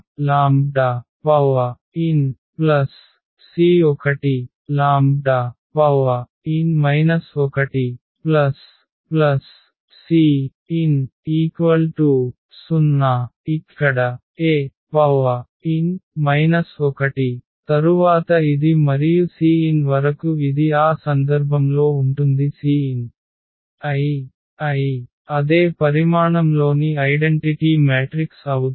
det A λI 0⟹c0nc1n 1cn0 ఇక్కడ An 1 తరువాత ఇది మరియు cn వరకు ఇది ఆ సందర్భంలో ఉంటుంది cnI I అదే పరిమాణంలోని ఐడెంటిటీ మ్యాట్రిక్స్ అవుతాయి